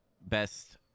best